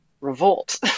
revolt